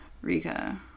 rika